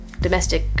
domestic